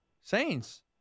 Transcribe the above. Saints